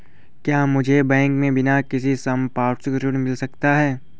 क्या मुझे बैंक से बिना किसी संपार्श्विक के ऋण मिल सकता है?